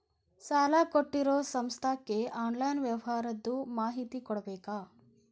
ಸಾಲಾ ಕೊಟ್ಟಿರೋ ಸಂಸ್ಥಾಕ್ಕೆ ಆನ್ಲೈನ್ ವ್ಯವಹಾರದ್ದು ಮಾಹಿತಿ ಕೊಡಬೇಕಾ?